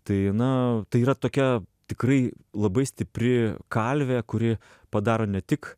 tai na tai yra tokia tikrai labai stipri kalvė kuri padaro ne tik